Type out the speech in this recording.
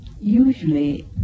usually